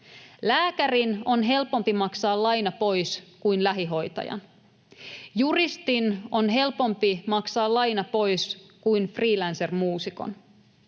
Lääkärin on helpompi maksaa laina pois kuin lähihoitajan. Juristin on helpompi maksaa laina pois kuin freelancermuusikon.